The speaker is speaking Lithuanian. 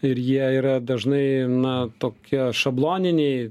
ir jie yra dažnai na tokie šabloniniai